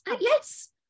Yes